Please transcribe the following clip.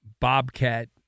Bobcat